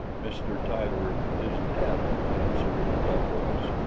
mr. tyler is dead, he answered in a dull voice.